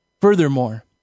Furthermore